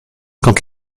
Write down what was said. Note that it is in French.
quand